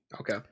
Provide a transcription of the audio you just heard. Okay